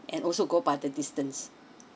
and also go by the distance